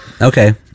okay